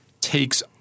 takes